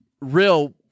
real